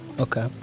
okay